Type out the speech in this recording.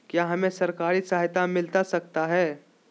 क्या हमे सरकारी सहायता मिलता सकता है?